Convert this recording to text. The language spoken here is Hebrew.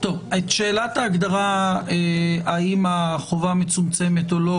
את שאלת ההגדרה האם החובה מצומצמת או לא,